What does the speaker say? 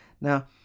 Now